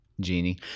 Genie